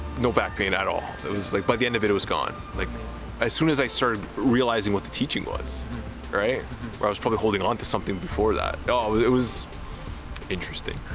no back pain at all. it was like by the end of it it was gone like as soon as i started realizing what the teaching was right where i was probably holding on to something before that. oh it it was interesting